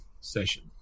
session